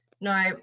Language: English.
No